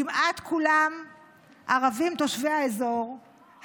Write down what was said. כמעט כולם ערבים תושבי האזור,